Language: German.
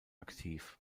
aktiv